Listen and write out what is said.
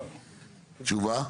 תשובה?